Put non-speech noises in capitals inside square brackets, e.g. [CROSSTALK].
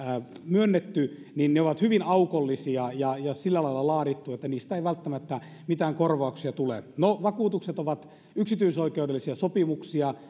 on vakuutusyhtiöiltä myönnetty ovat hyvin aukollisia ja ja sillä lailla laadittu että niistä ei välttämättä mitään korvauksia tule no vakuutukset ovat yksityisoikeudellisia sopimuksia [UNINTELLIGIBLE]